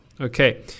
okay